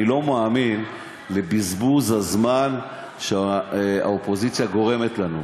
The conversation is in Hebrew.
שאני לא מאמין לבזבוז הזמן שהאופוזיציה גורמת לנו.